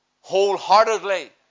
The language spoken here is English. wholeheartedly